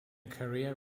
career